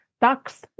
tax